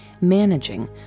managing